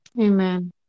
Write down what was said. Amen